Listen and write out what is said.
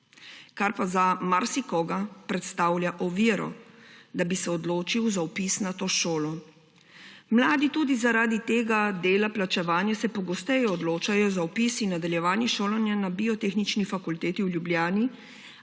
kar pa za marsikoga predstavlja oviro, da bi se odločil za vpis na to šolo. Mladi tudi se tudi zaradi tega dela plačevanja pogosteje odločajo za vpis in nadaljevanje šolanja na Biotehnični fakulteti v Ljubljani